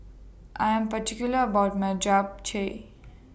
I Am particular about My Japchae